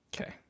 Okay